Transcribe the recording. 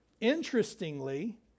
Interestingly